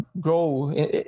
grow